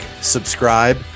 subscribe